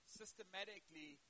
systematically